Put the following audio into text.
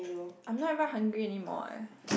I'm not even hungry anymore eh